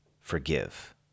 forgive